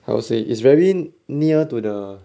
I would say is very near to the